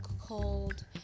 called